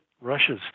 Russia's